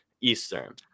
eastern